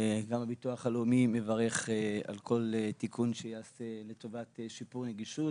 גם הביטוח הלאומי מברך על כל תיקון שייעשה לטובת שיפור הנגישות.